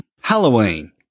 Halloween